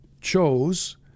chose